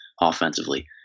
offensively